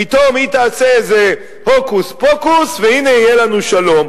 פתאום היא תעשה איזה הוקוס-פוקוס והנה יהיה לנו שלום.